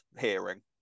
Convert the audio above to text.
hearing